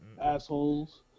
Assholes